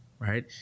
Right